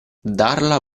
darla